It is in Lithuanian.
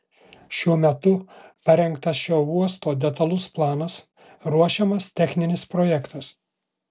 šiuo metu parengtas šio uosto detalus planas ruošiamas techninis projektas